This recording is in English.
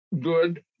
good